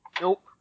Nope